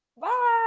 Bye